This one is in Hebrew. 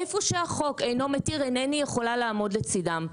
איפה שהחוק אינו מתיר אינני יכולה לעמוד לצדם.